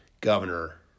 Governor